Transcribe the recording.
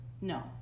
No